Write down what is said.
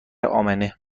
امنه